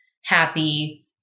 happy